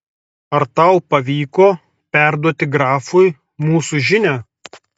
ar tau pavyko perduoti grafui mūsų žinią